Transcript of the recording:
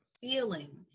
feeling